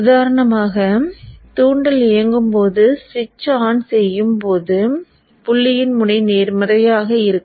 உதாரணமாக தூண்டல் இயங்கும் போது சுவிட்ச் ஆன் செய்யும்போது புள்ளியின் முனை நேர்மறையாக இருக்கும்